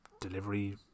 Delivery